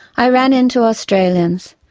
i ran into australians,